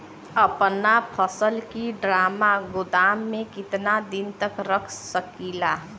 अपना फसल की ड्रामा गोदाम में कितना दिन तक रख सकीला?